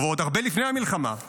ועוד הרבה לפני המלחמה,